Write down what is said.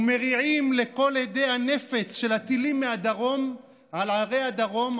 ומריעים לקול הדי הנפץ של הטילים מהדרום על ערי הדרום,